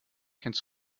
kennst